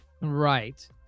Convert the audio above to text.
Right